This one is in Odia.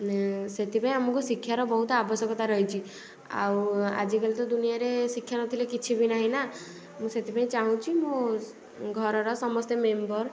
ସେଥିପାଇଁ ଆମକୁ ଶିକ୍ଷାର ବହୁତ ଆବଶ୍ୟକତା ରହିଛି ଆଉ ଆଜିକାଲି ତ ଦୁନିଆରେ ଶିକ୍ଷା ନଥିଲେ ତ କିଛି ବି ନାହିଁ ନା ମୁଁ ସେଥିପାଇଁ ଚାହୁଁଛି ମୋ ଘରର ସମସ୍ତ ମେମ୍ବର